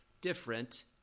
Different